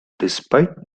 despite